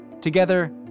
Together